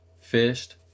fished